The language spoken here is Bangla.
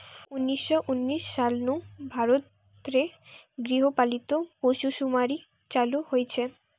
উনিশ শ উনিশ সাল নু ভারত রে গৃহ পালিত পশুসুমারি চালু হইচে